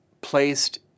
placed